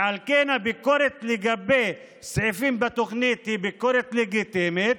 ועל כן הביקורת לגבי סעיפים בתוכנית היא ביקורת לגיטימית,